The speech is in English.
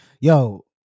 yo